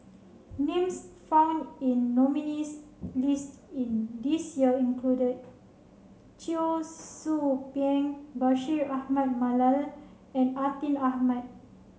names found in nominees' list in this year include Cheong Soo Pieng Bashir Ahmad Mallal and Atin Amat